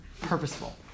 purposeful